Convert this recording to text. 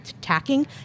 -tacking